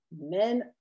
Men